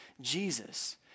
Jesus